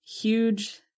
huge